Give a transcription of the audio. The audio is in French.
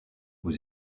aux